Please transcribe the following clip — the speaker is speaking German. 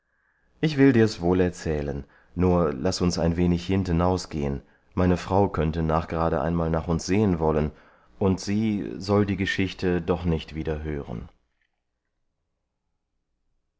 ich will dir's wohl erzählen nur laß uns ein wenig hintenaus gehen meine frau könnte nachgerade einmal nach uns sehen wollen und sie soll die geschichte doch nicht wieder